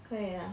可以呀